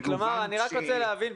אני רק רוצה להבין,